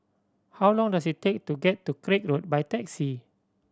how long does it take to get to Craig Road by taxi